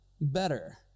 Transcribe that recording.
better